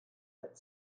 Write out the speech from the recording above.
but